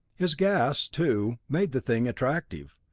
his gas, too, made the thing attractive.